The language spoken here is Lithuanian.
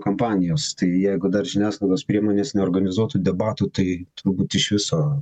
kampanijos tai jeigu dar žiniasklaidos priemonės neorganizuotų debatų tai turbūt iš viso